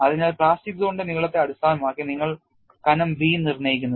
അതിനാൽ പ്ലാസ്റ്റിക് സോണിന്റെ നീളത്തെ അടിസ്ഥാനമാക്കി നിങ്ങൾ കനം B നിർണ്ണയിക്കുന്നു